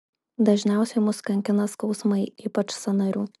dažniausiai mus kankina skausmai ypač sąnarių